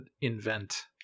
invent